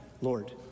Lord